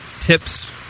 tips